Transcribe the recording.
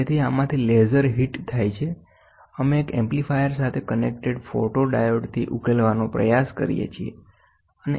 તેથી આમાંથી laser hit થાય છેઅમે એક એમ્પ્લીફાયર સાથે કનેક્ટેડ ફોટોડાયોડથી ઉકેલવાનો પ્રયાસ કરીએ છીએ